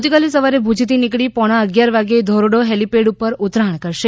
આવતીકાલે સવારે ભુજથી નીકળી પોણા અગિયાર વાગ્યે ધોરડો હેલીપેડ ઉપર ઉતરાણ કરશે